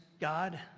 God